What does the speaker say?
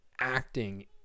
acting